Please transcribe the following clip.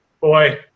boy